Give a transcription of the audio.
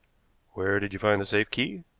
where did you find the safe key?